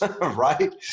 right